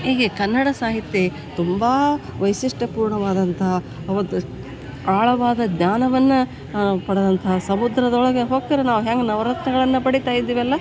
ಹೀಗೆ ಕನ್ನಡ ಸಾಹಿತ್ಯ ತುಂಬ ವೈಶಿಷ್ಟ್ಯಪೂರ್ಣವಾದಂತಹ ಒಂದು ಆಳವಾದ ಜ್ಞಾನವನ್ನು ಪಡೆದಂತಹ ಸಮುದ್ರದೊಳಗೆ ಹೊಕ್ರೆ ನಾವು ಹೆಂಗೆ ನವರತ್ನಗಳನ್ನು ಪಡಿತಾ ಇದ್ವಿ ಅಲ್ವ